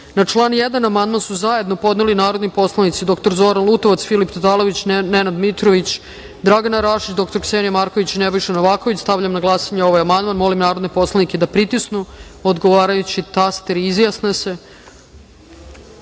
član 1. amandman su zajedno podneli narodni poslanici dr Zoran Lutovac, Filip Tatalović, Nenad Mitrović, Dragana Rašić, dr Ksenija Marković, Nebojša Novaković. Stavljam na glasanje ovaj amandman. Molim narodne poslanike da pritisnu odgovarajući taster i izjasne